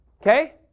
Okay